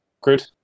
good